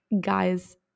guys